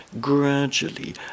gradually